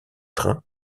train